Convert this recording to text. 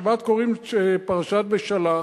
השבת קוראים פרשת בשלח,